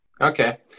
Okay